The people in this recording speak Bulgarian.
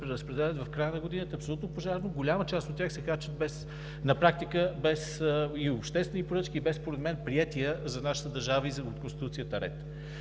преразпределят в края на годината абсолютно пожарно. Голяма част от тях се харчат без обществени поръчки и без според мен приетия за нашата държава и за Конституцията ред.